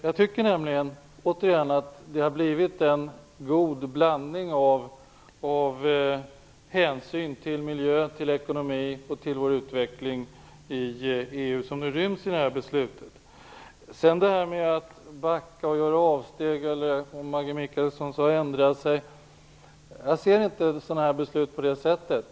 Jag tycker nämligen att det är en god blandning av hänsyn till miljön, till ekonomin och till vår utveckling i EU som ryms i det här beslutet. När det gäller detta med att backa och göra avsteg eller, som Maggi Mikaelsson sade, ändra sig ser jag inte sådana här beslut på det sättet.